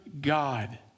God